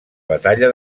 batalla